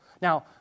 Now